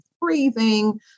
breathing